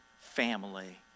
family